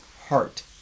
heart